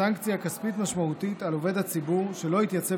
סנקציה כספית משמעותית על עובד ציבור שלא התייצב